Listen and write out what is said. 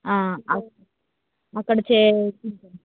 ఆ అక్కడ చే